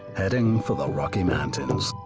heading for the rocky mountains.